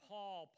Paul